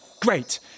Great